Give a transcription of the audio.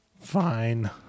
Fine